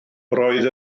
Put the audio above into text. roedd